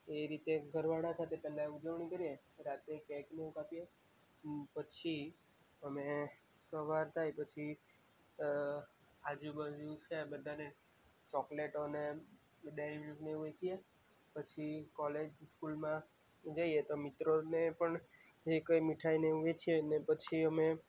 એ રીતે ઘરવાળા સાથે પહેલાં ઉજવણી કરીએ રાતે કેક ને એવું કાપીએ પછી અમે સવાર થાય પછી આજુ બાજુ છે બધાને ચોકલેટો ને ડેરિમિલ્કને વહેંચીએ પછી કોલેજ સ્કૂલમાં જઈએ તો મિત્રો ને પણ જે કંઈ મીઠાઈને એવું વેચીએ પછી અમે